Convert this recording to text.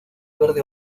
verde